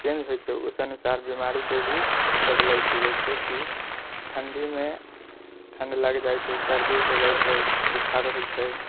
change होइ छै उस अनुसार बीमारीके भी बदलै छै जैसे कि ठण्डीमे ठण्ड लागि जाइ छै सर्दी हो जाइ छै बोखारो होइ छै